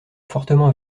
fortement